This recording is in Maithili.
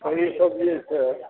आओर ईसब जे छै